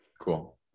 Cool